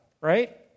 right